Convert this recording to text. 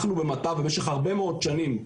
אנחנו במטב, במשך הרבה מאוד שנים,